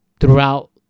Throughout